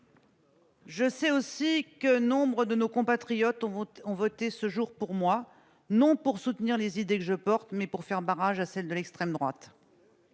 Je sais aussi que nombre de nos compatriotes ont voté ce jour pour moi non pour soutenir les idées que je porte, mais pour faire barrage à celles de l'extrême droite.